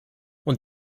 und